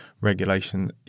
regulation